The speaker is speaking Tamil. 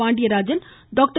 பாண்டியராஜன் டாக்டர்